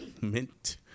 mint